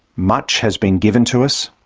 much has been given to us.